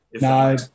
No